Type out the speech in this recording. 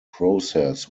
process